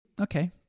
Okay